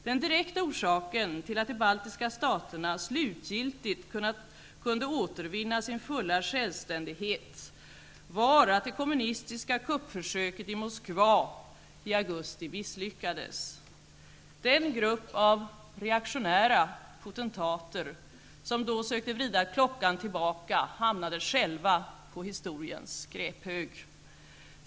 Den direkta orsaken till att de baltiska staterna slutgiltigt kunde återvinna sin fulla självständighet var att det kommunistiska kuppförsöket i Moskva i augusti misslyckades. Den grupp av reaktionära potentater som då sökte vrida klockan tillbaka hamnade själva på historiens skräphög.